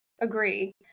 agree